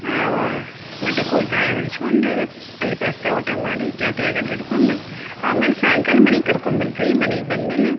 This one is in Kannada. ಮಟಕೋಯ್ ಕಾಯಿ ಹೊಡೆಸ್ಕೊಂಡು ಅಲ್ಲಿ ಪ್ರಸ್ತ ಊಟ ಮಾಡಿ ಜಾತ್ರೆಯಾಗಿ ಅಡ್ಡಾಡಿಕೊಂಡು ಆಮೇಲೆ ಸಾಯಂಕಾಲ ಮನೆಗೆ ಕರ್ಕೊಂಡ್ಬರ್ತೀವಿ ಮನೆಗೆ ಬಂದ್ಮೇಲೆ